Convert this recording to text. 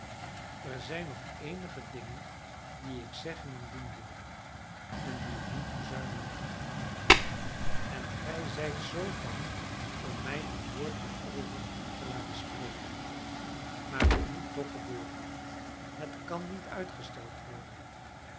er zijn nog eenige dingen die ik zeggen en doen wilde en die ik niet verzuimen mag en gij zijt zoo bang om mij een woord daarover te laten spreken maar het moet toch gebeuren het kan niet uitgesteld worden